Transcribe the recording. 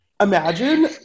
imagine